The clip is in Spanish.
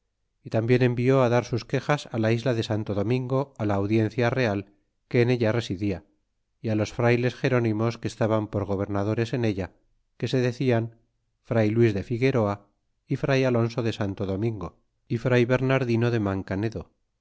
y tambien envió á dar sus quejas la isla de santo domingo la audiencia real que en ella residía y los frayles gerónimos que estaban por gobernadores en ella que se decían fray luis de figueroa y fray alonso de santo domingo y fray bernardino de